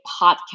podcast